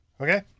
Okay